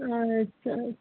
اہن حظ چھُ حظ